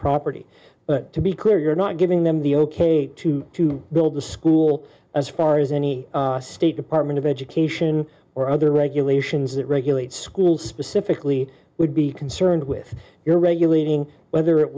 property to be clear you're not giving them the ok to to build the school as far as any state department of education or other regulations that regulate schools specifically would be concerned with your regulating whether it